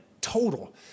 total